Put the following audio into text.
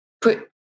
put